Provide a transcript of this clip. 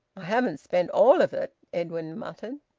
i haven't spent all of it, edwin muttered.